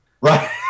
right